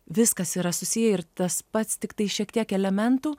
viskas yra susiję ir tas pats tiktai šiek tiek elementų